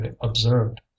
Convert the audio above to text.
observed